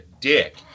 dick